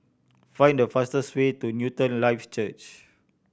find the fastest way to Newton Life Church